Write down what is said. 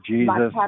Jesus